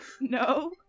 No